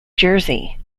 jersey